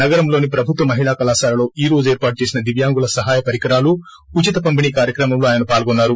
నగరంలోని ప్రభుత్వ మహిళా కళాశాలలో ఈ రోజు ఏర్పాటు చేసిన దివ్యాంగుల సహాయ పరికరాలు ఉచిత పంపిణీ కార్యక్రమంలో ఆయన పాల్గొన్నారు